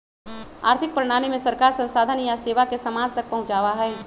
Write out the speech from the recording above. आर्थिक प्रणाली में सरकार संसाधन या सेवा के समाज तक पहुंचावा हई